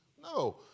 No